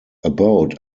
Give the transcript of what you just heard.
about